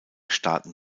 starten